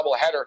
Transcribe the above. doubleheader